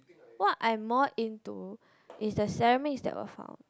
what I'm more into is the ceramics that were found